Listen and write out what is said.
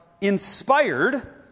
inspired